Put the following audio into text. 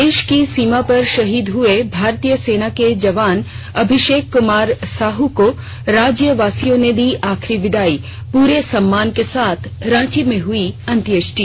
देश की सीमा पर शहीद हुए भारतीय सेना के जवान अभिषेक कुमार साहू को राज्यवासियों ने दी आखिरी विदाई पूरे सम्मान के साथ रांची में हई अंत्येष्टि